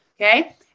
okay